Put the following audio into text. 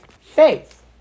faith